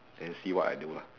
then see what I do lah